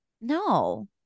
No